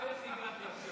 איך הגעתי עכשיו?